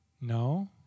No